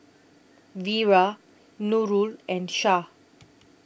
Wira Nurul and Shah